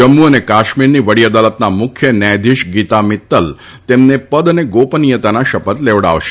જમ્મુ અને કાશ્મીરની વડી અદાલતના મુખ્ય ન્યાયાધીશ ગીતા મિત્તલ તેમને પદ અને ગોપનીયતાના શપથ લેવડાવશે